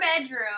bedroom